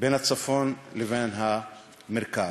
בין הצפון לבין המרכז.